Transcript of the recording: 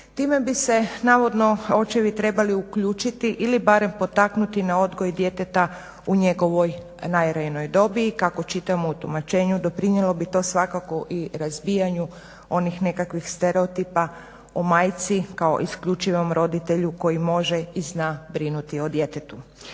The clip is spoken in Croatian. Time bi se navodno očevi trebali uključiti ili barem potaknuti na odgoj djeteta u njegovoj najranijoj dobi, kako čitamo u tumačenju doprinijelo bi to svakako i razbijanju onih nekakvih stereotipa o majci kao isključivom roditelju koji može i zna brinuti o djetetu.